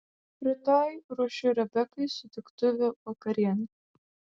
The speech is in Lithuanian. rytoj ruošiu rebekai sutiktuvių vakarienę